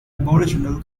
aboriginal